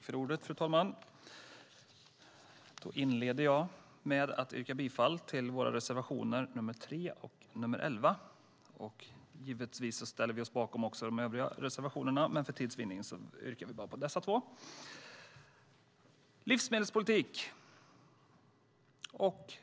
Fru talman! Jag inleder med att yrka bifall till våra reservationer nr 3 och 11. Givetvis ställer vi oss bakom också de övriga reservationerna, men för tids vinning yrkar vi bifall endast till dessa två. Det handlar om livsmedelspolitik.